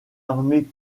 armée